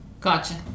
Gotcha